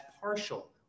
partial